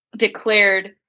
declared